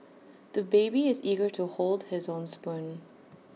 the baby is eager to hold his own spoon